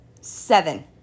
seven